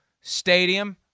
Stadium